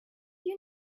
you